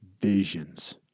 visions